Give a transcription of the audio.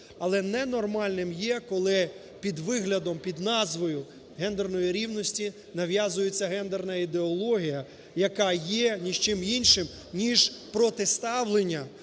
Але ненормальним є, коли під виглядом, під назвою гендерної рівності нав'язується гендерна ідеологія, яка є нічим іншим ніж протиставлення